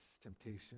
Temptation